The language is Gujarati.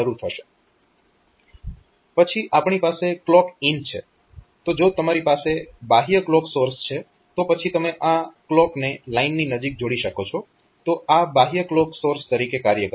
તો જો તમારી પાસે બાહ્ય ક્લોક સોર્સ છે તો પછી તમે આ ક્લોકને લાઇનની નજીક જોડી શકો છો તો આ બાહ્ય ક્લોક સોર્સ તરીકે કાર્ય કરશે